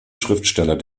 schriftsteller